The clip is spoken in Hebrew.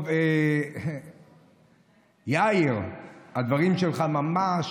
טוב, יאיר, הדברים שלך ממש,